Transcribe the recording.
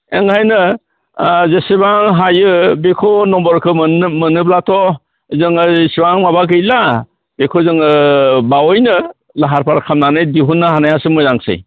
ओंखायनो जेसेबां हायो बेखौ नम्बरखौ मोनोब्लाथ' जोंङो एसेबां माबा गैला जेखौ जोङो बावैनो लाहार फाहार खालामनानै दिहुननो हानायासो मोजांसै